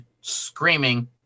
screaming